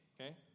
okay